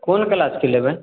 कोन क्लासके लेबै